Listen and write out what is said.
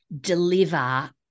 deliver